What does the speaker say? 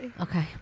Okay